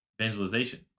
evangelization